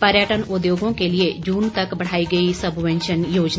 पर्यटन उद्योगों के लिए जून तक बढ़ाई गई सबवेंशन योजना